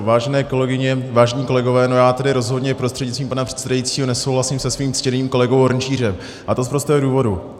Vážené kolegyně, vážení kolegové, já tedy rozhodně prostřednictvím pana předsedajícího nesouhlasím se svým ctěným kolegou Hrnčířem, a to z prostého důvodu.